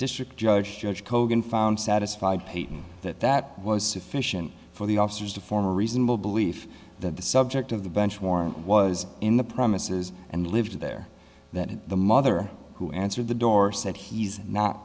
district judge judge kogan found satisfied payton that that was sufficient for the officers to form a reasonable belief that the subject of the bench warrant was in the premises and lived there that the mother who answered the door said he's not